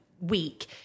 week